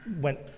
went